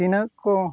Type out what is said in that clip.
ᱛᱤᱱᱟᱹᱜ ᱠᱚ